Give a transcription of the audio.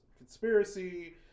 conspiracy